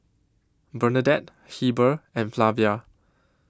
Bernadette Heber and Flavia